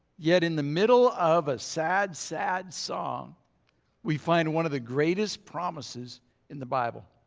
yet in the middle of a sad sad song we find one of the greatest promises in the bible.